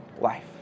life